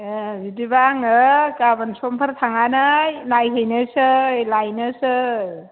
ए बिदिबा आङो गाबोन समफोर थांनानै नायहैनोसै लायनोसै